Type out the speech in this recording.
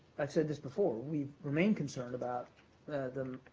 i've said this before. we've remained concerned about the